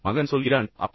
மகன் சொல்கிறான் அப்பா